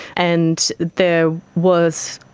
and there was,